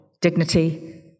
dignity